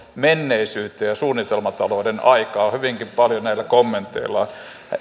menneisyyteen ja suunnitelmatalouden aikaan hyvinkin paljon näillä kommenteillaan